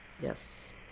Yes